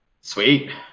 Sweet